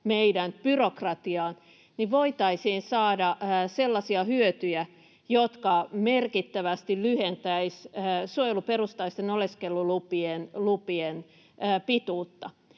meidän byrokratiaan — voitaisiin saada sellaisia hyötyjä, jotka merkittävästi lyhentäisivät suojeluperustaisten oleskelulupien pituutta.